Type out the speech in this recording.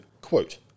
quote